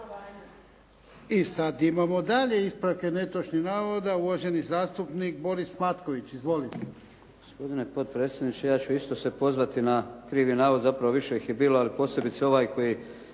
I sad imamo dalje ispravke netočnih navoda. Uvaženi zastupnik Boris Matković. **Matković, Borislav (HDZ)** Gospodine potpredsjedniče. Ja ću isto se pozvati na krivi navod, zapravo više ih je bilo ali posebice ovaj koji